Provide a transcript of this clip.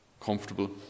comfortable